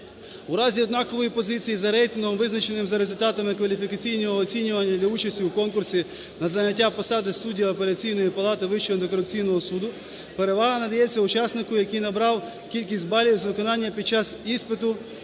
У разі однакової позиції за рейтингом, визначеним за результатами кваліфікаційного оцінювання для участі у конкурсі на зайняття посад інших суддів Вищого антикорупційного суду, перевага надається учаснику, який набрав більшу кількість балів за виконання під час іспиту,